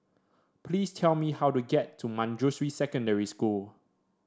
please tell me how to get to Manjusri Secondary School